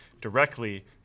directly